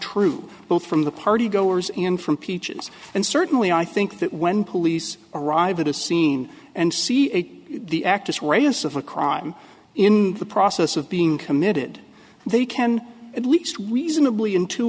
true both from the party goers in from peaches and certainly i think that when police arrive at a scene and see a the actis radius of a crime in the process of being committed they can at least reasonably into